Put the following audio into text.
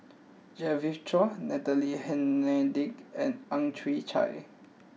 Genevieve Chua Natalie Hennedige and Ang Chwee Chai